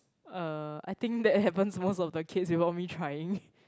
uh I think that happens most of the case without me trying